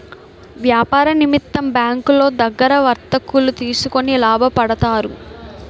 వ్యాపార నిమిత్తం బ్యాంకులో దగ్గర వర్తకులు తీసుకొని లాభపడతారు